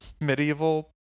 medieval